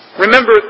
Remember